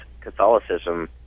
Catholicism